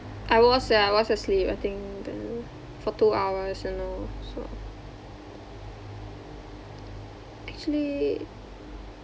I was ya I was asleep I think uh for two hours you know so actually